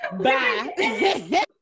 Bye